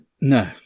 No